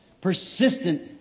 persistent